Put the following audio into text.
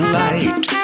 light